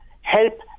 help